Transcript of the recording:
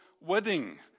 wedding